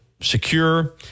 secure